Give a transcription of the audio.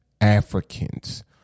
Africans